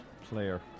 player